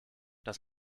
das